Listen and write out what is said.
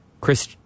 Chris